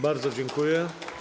Bardzo dziękuję.